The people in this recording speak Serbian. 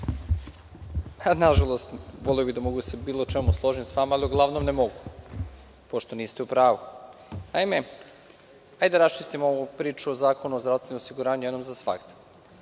Nažalost, voleo bih da mogu da se u bilo čemu složim sa vama, ali uglavnom ne mogu, pošto niste u pravu. Naime, hajde da raščistimo ovu priču o Zakonu o zdravstvenom osiguranju jednom za svagda.